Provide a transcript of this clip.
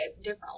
different